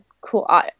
Cool